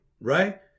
right